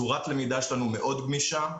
צורת הלמידה שלנו גמישה מאוד.